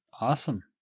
Awesome